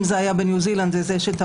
אם זה היה בניו זילנד זה המאורים,